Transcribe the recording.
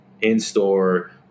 in-store